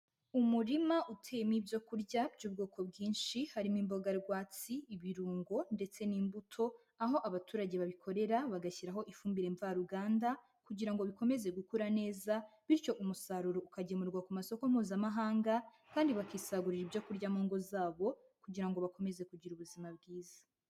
Umurima uteyemo ibyo kurya by'ubwoko bwinshi harimo imboga rwatsi, ibirungo, ndetse n'imbuto, aho abaturage babikorera bagashyiraho ifumbire mvaruganda, kugira ngo bikomeze gukura neza, bityo umusaruro ukagemurwa ku masoko mpuzamahanga, kandi bakisagurira ibyo kurya mu ngo zabo, kugira ngo bakomeze kugira ubuzima bwiza.